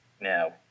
Now